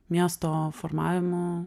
miesto formavimo